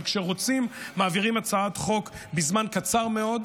אבל כשרוצים מעבירים הצעת חוק בזמן קצר מאוד,